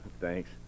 Thanks